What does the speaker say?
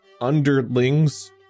underlings